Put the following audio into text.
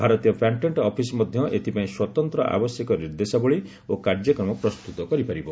ଭାରତୀୟ patent office ମଧ୍ୟ ଏଥିପାଇଁ ସ୍ୱତନ୍ତ୍ର ଆବଶ୍ୟକୀୟ ନିର୍ଦ୍ଦେଶାବଳୀ ଓ କାର୍ଯ୍ୟକ୍ରମ ପ୍ରସ୍ତୁତ କରିପାରିବ